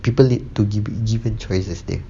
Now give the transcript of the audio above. people need to give given choices then